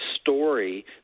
story